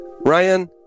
Ryan